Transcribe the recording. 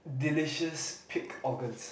delicious pig organs